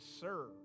serve